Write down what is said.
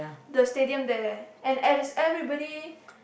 the stadium there and there's everybody